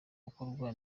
gukorwa